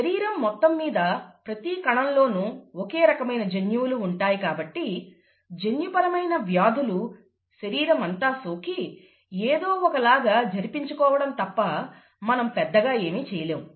శరీరం మొత్తం మీద ప్రతి కణంలోనూ ఒకే రకమైన జన్యువులు ఉంటాయి కాబట్టి జన్యుపరమైన వ్యాధులు శరీరం అంతా సోకి ఏదోఒకలాగ జరిపించుకోవడం తప్ప మనం పెద్దగా ఏమి చెయ్యలేము